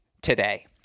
today